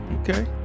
Okay